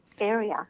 area